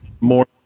more